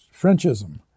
Frenchism